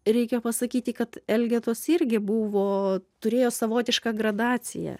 reikia pasakyti kad elgetos irgi buvo turėjo savotišką gradaciją